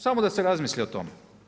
Samo da se razmisli o tome.